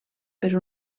per